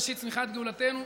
ראשית צמיחת גאולתנו,